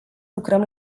lucrăm